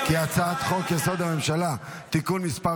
הממשלה (תיקון מס'